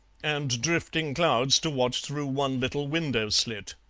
and drifting clouds to watch through one little window slit.